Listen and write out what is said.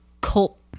cult